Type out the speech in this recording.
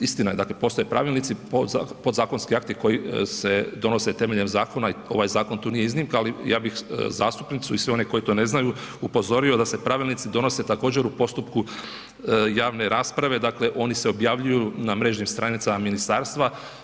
Istina je, dakle postoje pravilnici, podzakonski akti koji se donose temeljem zakona i ovaj zakon tu nije iznimka, ali ja bih zastupnicu i sve one koji to ne znaju upozorio da se pravilnici donose također, u postupku javne rasprave, dakle oni se objavljuju na mrežnim stranicama ministarstva.